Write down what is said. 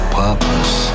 purpose